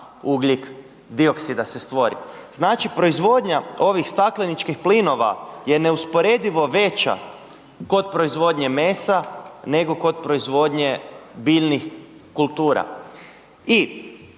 ugljik dioksida se stvori. Znači proizvodnja ovih stakleničkih plinova je neusporedivo veća kod proizvodnje mesa nego kod proizvodnje biljnih kultura. I